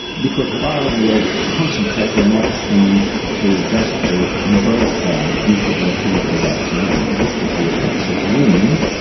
because while we have concentrated on what happens to just the umbrella cloud due to a volcanic eruption and looked at the effects of wind,